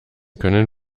können